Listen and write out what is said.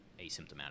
asymptomatic